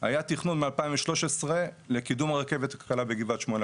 היה תכנון מ-2013 לקידום הרכבת הקלה בגבעת שמואל,